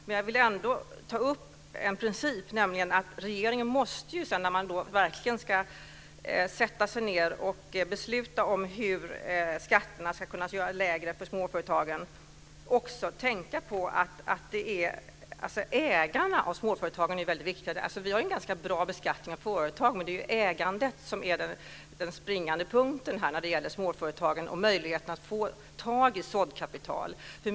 Men jag vill ändå ta upp en princip: Regeringen måste, när man sedan ska sätta sig ned och besluta om hur skatterna ska kunna göras lägre för småföretagen, också tänka på att ägarna av småföretagen är väldigt viktiga. Vi har en ganska bra beskattning av företag, men det är ägandet som är den springande punkten när det gäller småföretagen och möjligheten att få tag i såddkapital.